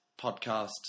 podcast